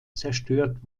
zerstört